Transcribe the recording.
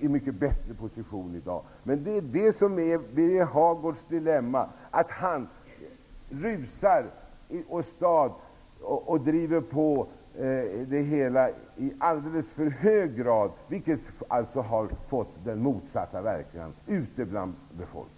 i en bättre position i dag. Birger Hagårds dilemma är att han rusar åstad och driver på i alldeles för hög grad, vilket har fått den motsatta verkan bland befolkningen.